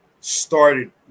started